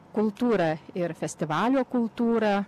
kultūrą ir festivalio kultūrą